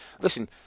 listen